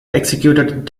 executed